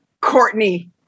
courtney